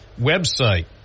website